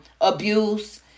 abuse